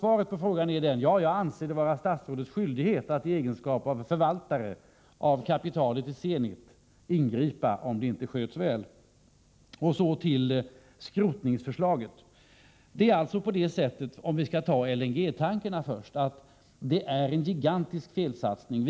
Svaret på frågan är alltså att jag anser att det är statsrådets skyldighet att i egenskap av förvaltare av kapitalet i Zenit ingripa om företaget inte sköts väl. Så till skrotningsförslaget. Jag tar först upp LNG-tankrarna. Dessa tankrar är en gigantisk felsatsning.